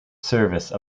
service